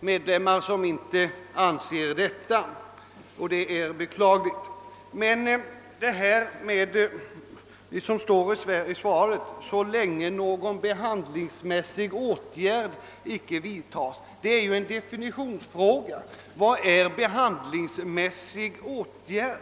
ledamöter som inte anser detta. Det är beklagligt. Statsrådet säger i sitt svar att helbrägdagörelsen inte faller under lagens tillämpningsområde »så länge någon behandlingsmässig åtgärd inte vidtas», men detta är en definitionsfråga. Vad är en behandlingsmässig åtgärd?